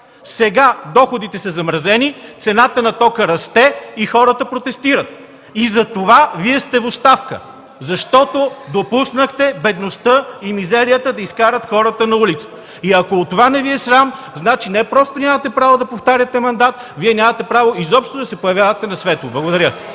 Сега доходите са замразени, цената на тока расте и хората протестират. И затова Вие сте в оставка – защото допуснахте бедността и мизерията да изкарат хората на улицата. Ако от това не Ви е срам, значи не просто нямате право да повтаряте мандат, Вие нямате право изобщо да се появявате на светло. Благодаря.